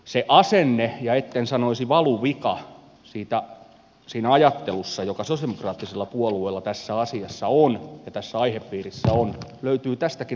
se asenne ja etten sanoisi valuvika siinä ajattelussa joka sosialidemokraattisella puolueella tässä asiassa on ja tässä aihepiirissä on löytyy tästäkin hallituksen esityksestä